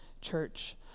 church